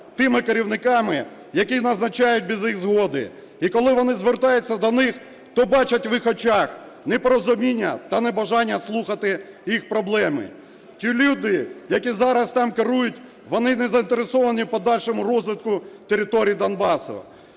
тими керівниками, яких назначають без їх згоди, і коли вони звертаються до них, то бачать в їх очах непорозуміння та небажання слухати їх проблеми. Ті люди, які зараз там керують, вони не заінтересовані в подальшому розвитку територій Донбасу.